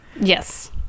Yes